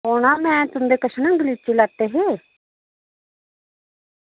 औना में तुंदे कशा गलीचे लैते हे